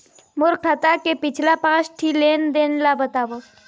मोर खाता के पिछला पांच ठी लेन देन ला बताव?